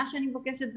אני מבקשת,